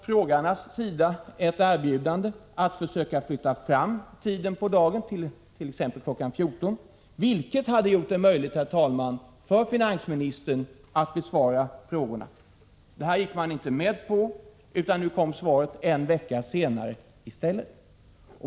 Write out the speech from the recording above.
Frågarna lämnade ett erbjudande att försöka flytta fram tiden för besvarandet till exempelvis kl. 14 på dagen, vilket hade gjort det möjligt för finansministern att lämna svar. Detta gick man inte med på, utan i stället kom svaret en vecka senare.